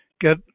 get